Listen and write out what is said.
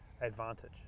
advantage